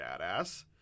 badass